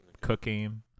cooking